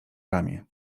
ramię